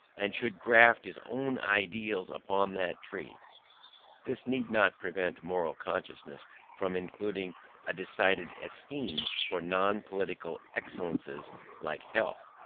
and should graft his own ideals upon that tree this need not prevent moral consciousness from including a decided esteem for non-political excellences like health,